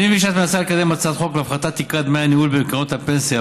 אני מבין שאת מנסה לקדם הצעת חוק להפחתת תקרת דמי הניהול בקרנות הפנסיה,